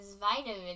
vitamin